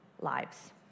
lives